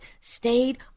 stayed